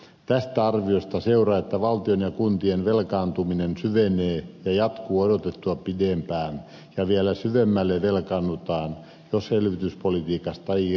tästä arviosta seuraa että valtion ja kuntien velkaantuminen syvenee ja jatkuu odotettua pidempään ja vielä syvemmälle velkaannutaan jos elvytyspolitiikasta ei irtauduta